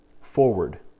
forward